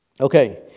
Okay